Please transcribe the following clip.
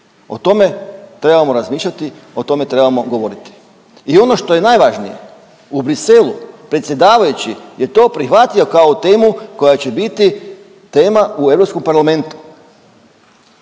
O tome trebamo razmišljati, o tome trebamo govoriti. I ono što je najvažnije u Bruxellesu predsjedavajući je to prihvatio kao temu koja će biti tema u Europskom parlamentu.